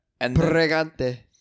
Pregante